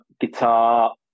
guitar